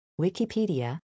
Wikipedia